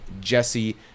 Jesse